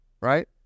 right